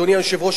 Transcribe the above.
אדוני היושב-ראש,